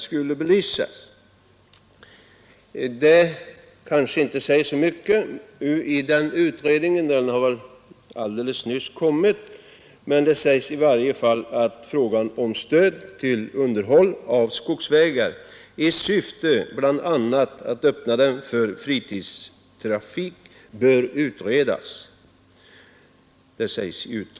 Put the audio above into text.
Nu har skogspolitiska utredningen helt nyligen presenterat sitt betänkande. Det säger kanske inte så särskilt mycket, men utredningen säger i varje fall att frågan om stöd till underhåll av skogsvägar bl.a. i syfte att öppna dem för fritidstrafik bör utredas.